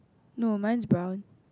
no mine is brown